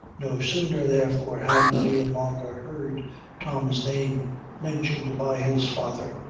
no sooner, therefore, had the meal-monger heard tom's name mentioned by his father,